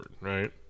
right